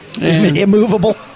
Immovable